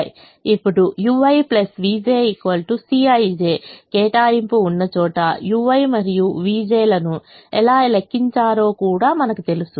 ఇప్పుడు ui vj Cij కేటాయింపు ఉన్నచోట ui మరియు vj లను ఎలా లెక్కించారో కూడా మనకు తెలుసు